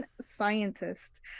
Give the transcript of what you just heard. scientist